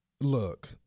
Look